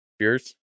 Cheers